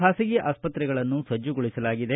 ಖಾಸಗಿ ಆಸ್ಪತ್ರೆಗಳನ್ನು ಸಜ್ಜುಗೊಳಿಸಲಾಗಿದೆ